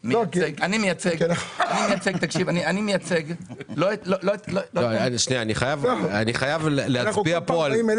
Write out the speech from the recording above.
אני חייב להצביע כאן על